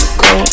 go